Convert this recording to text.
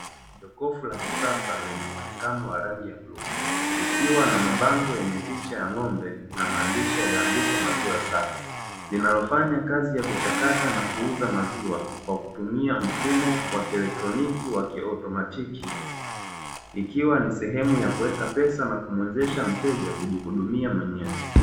Jokofu la kisasa lenye muonekano wa rangi ya bluu, likiwa na mabango yenye picha ya ng'ombe na maandishi yaliyoandikwa maziwa safi, linalofanya kazi ya kuchakata na kuuza maziwa kwa kutumia mfumo wa kietroniki wa kiautomatiki, ikiwa ni sehemu ya kuweka pesa na kumwezesha mteja kujihudumia mwenyewe.